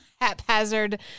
haphazard